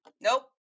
Nope